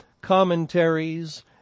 commentaries